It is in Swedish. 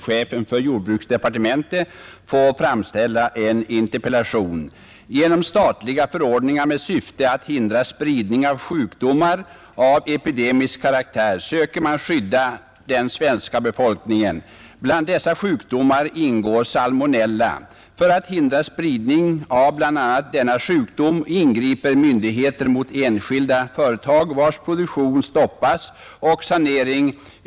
Herr talman! Genom statliga förordningar med syfte att hindra spridning av sjukdomar av epidemisk karaktär söker man skydda den svenska befolkningen. Bland dessa sjukdomar ingår salmonella. För att vid fördelningen av bostadskvoten mellan i första hand länen och i andra hand olika regioner inom länen?